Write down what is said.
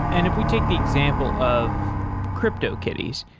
and if we take the example of cryptokitties.